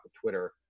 Twitter